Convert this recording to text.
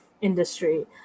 industry